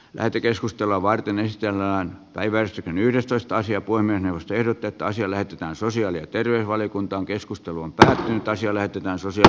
lähetekeskustelua varten esitellään päiväys on yhdestoista sija poimia erotetaan siellä on sosiaali ja terveysvaliokunta on keskustelun tähtittaisi eläytyvänsä sitä